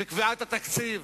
וקביעת התקציב,